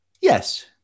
yes